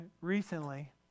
recently